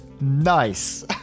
Nice